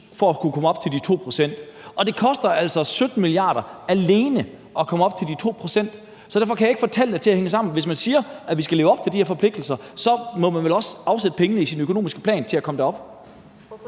for at kunne komme op på de 2 pct. Og det koster altså 17 mia. kr. alene at komme op på de 2 pct. Så derfor kan jeg ikke få tallene til at hænge sammen. Hvis man siger, at vi skal leve op til de her forpligtelser, så må man vel også afsætte pengene i sin økonomiske plan til at komme derop.